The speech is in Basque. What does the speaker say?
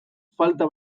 falta